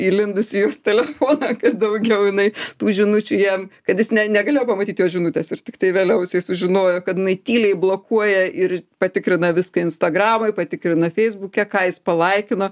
įlindus į jo telefoną ir daugiau jinai tų žinučių jam kad jis negalėjo pamatyt jos žinutės ir tiktai vėliau jisai sužinojo kad jinai tyliai blokuoja ir patikrina viską instagramoj patikrina feisbuke ką jis palaikino